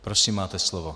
Prosím, máte slovo.